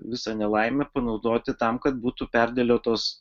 visą nelaimę panaudoti tam kad būtų perdėliotos